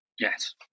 Yes